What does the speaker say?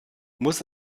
muss